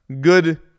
good